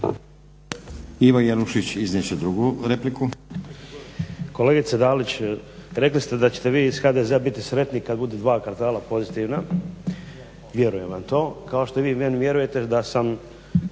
**Jelušić, Ivo (SDP)** Kolegice Dalić, rekli ste da ćete vi iz HDZ-a biti sretni kad budu dva kvartala pozitivna. Vjerujem vam to, kao što vi meni vjerujete da sam